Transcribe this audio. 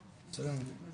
אבל גם אין גבול